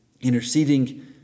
interceding